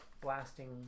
blasting